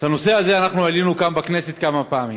את הנושא הזה אנחנו העלינו כאן בכנסת כמה פעמים.